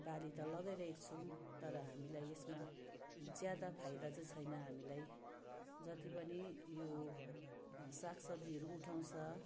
बाली त लगाइरहेको छौँ तर हामीलाई यसमा ज्यादा फाइदा चाहिँ छैन हामीलाई जति पनि यो सागसब्जीहरू उठाउँछ